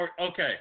Okay